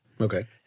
Okay